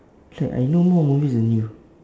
I know more movies than you